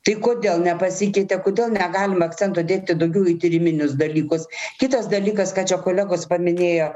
tai kodėl nepasikeitė kodėl negalim akcentų dėti daugiau į tyriminius dalykus kitas dalykas ką čia kolegos paminėjo